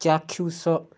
ଚାକ୍ଷୁଷ